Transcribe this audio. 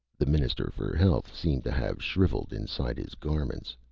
the minister for health seemed to have shriveled inside his garments.